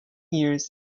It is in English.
years